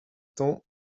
temps